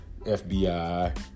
FBI